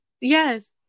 Yes